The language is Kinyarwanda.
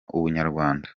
ubunyarwanda